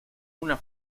una